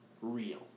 real